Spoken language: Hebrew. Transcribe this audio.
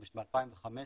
ב-2015,